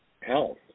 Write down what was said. health